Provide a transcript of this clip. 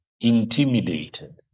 intimidated